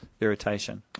irritation